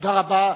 תודה רבה.